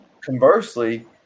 conversely